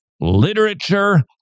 Literature